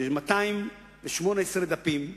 יש 218 דפים,